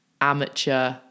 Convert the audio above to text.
amateur